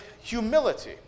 humility